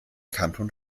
kanton